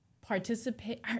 participate